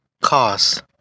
cars